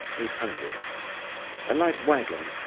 eight hundred a light waggon,